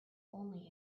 only